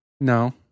No